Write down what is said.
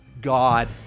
God